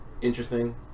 interesting